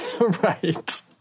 Right